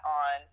on